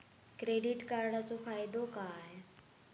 Credit कार्डाचो फायदो काय?